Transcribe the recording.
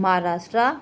Maharashtra